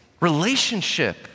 relationship